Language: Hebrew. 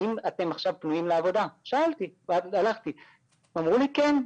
שאלתי אותם 'האם אתם עכשיו פנויים לעבודה?' שאלתי ואמרו לי 'כן,